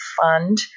fund